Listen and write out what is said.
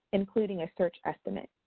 including a search estimate.